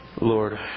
Lord